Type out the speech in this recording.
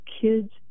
kids